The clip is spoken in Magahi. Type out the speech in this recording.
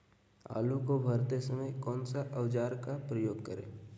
आलू को भरते समय कौन सा औजार का प्रयोग करें?